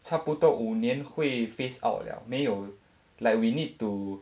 差不多五年会 phase out liao 没有 like we need to